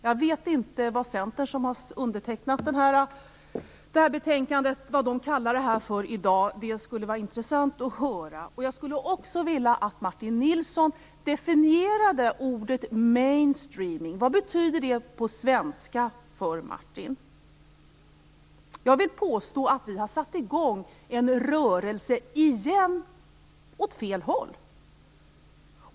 Jag vet inte vad man inom Centern, som har undertecknat betänkandet, kallar det för i dag. Det skulle vara intressant att höra. Jag skulle också vilja att Martin Nilsson definierade ordet mainstreaming. Vad betyder det på svenska för Martin Nilsson? Jag vill påstå att vi återigen har satt i gång en rörelse åt fel håll.